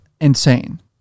insane